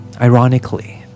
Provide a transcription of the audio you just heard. ironically